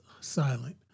silent